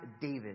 David